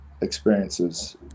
experiences